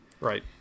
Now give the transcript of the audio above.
Right